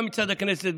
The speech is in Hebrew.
גם מצד הכנסת,